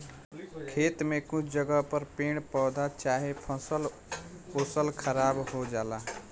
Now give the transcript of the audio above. खेत में कुछ जगह पर पेड़ पौधा चाहे फसल ओसल खराब हो जाला